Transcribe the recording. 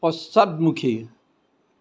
পশ্চাদমুখী